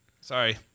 Sorry